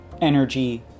energy